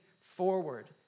forward